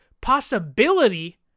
possibility